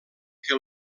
que